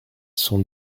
son